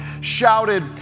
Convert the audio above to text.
shouted